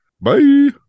Bye